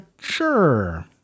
sure